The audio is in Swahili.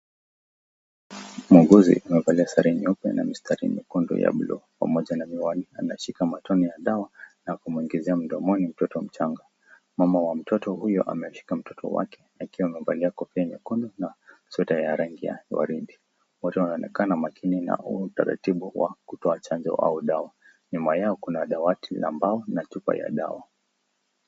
Muuguzi amevalia sare nyeupe na mistari miekundu ya buluu pamoja na miwani, ameshika matone ya dawa na kumwigiza mdomoni mtoto mchanga. Mama ya mtoto huyu amemshika mtoto wake akiwa amevalia kofia nyekundu na sweta ya rangi ya waridi. Wote wanaonekana makini na huo utaratibu wa kutoa chanjo au dawa. Nyuma yao kuna dawati la mbao na chupa ya dawa.